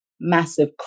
massive